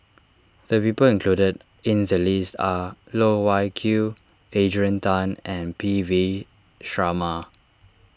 the people included in the list are Loh Wai Kiew Adrian Tan and P V Sharma